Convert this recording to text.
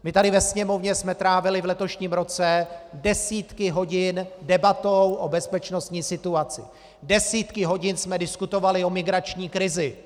My jsme tady ve Sněmovně trávili v letošním roce desítky hodin debatou o bezpečnostní situaci, desítky hodin jsme diskutovali o migrační krizi.